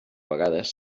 vegades